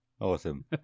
awesome